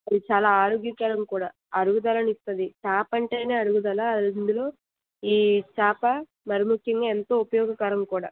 అది చాలా ఆరోగ్యకరం కూడా అరుగుదలను ఇస్తుంది చేప అంటే అరుగుదల అందులో ఈ చేప మరి ముఖ్యంగా ఎంతో ఉపయోగకరం కూడా